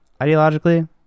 ideologically